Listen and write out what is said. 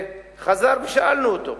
חזר ושאלנו אותו,